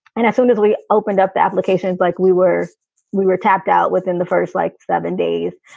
and as soon as we opened up the applications like we were we were tapped out within the first like seven days.